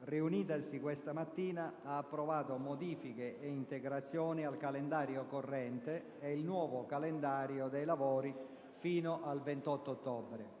riunitasi questa mattina, ha approvato modifiche e integrazioni al calendario corrente ed il nuovo calendario dei lavori fino al 28 ottobre. Oggi